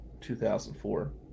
2004